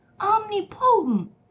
omnipotent